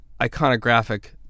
iconographic